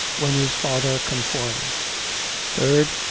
when his father conformed third,